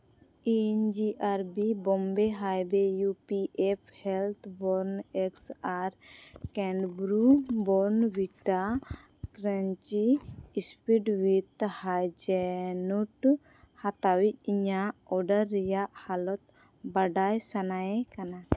ᱤᱧ ᱡᱤ ᱟᱨ ᱵᱤ ᱵᱳᱢᱵᱮ ᱦᱟᱣᱭᱮ ᱤᱭᱩ ᱯᱤ ᱮᱯᱷ ᱦᱮᱞᱛᱷ ᱵᱳᱨᱱ ᱮᱜᱥ ᱟᱨ ᱠᱮᱱᱰᱵᱩᱨᱤ ᱵᱳᱨᱱᱵᱷᱤᱴᱟ ᱠᱨᱟᱱᱪᱤ ᱤᱥᱯᱤᱰᱤᱵᱮᱰ ᱦᱟᱭᱡᱮᱱᱚᱴᱩ ᱦᱟᱛᱟᱣᱤᱡᱽ ᱤᱧᱟᱹᱜ ᱚᱰᱟᱨ ᱨᱮᱭᱟᱜ ᱦᱟᱞᱚᱛ ᱵᱟᱰᱟᱭ ᱥᱟᱱᱟᱭᱮ ᱠᱟᱱᱟ